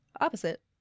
opposite